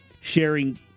sharing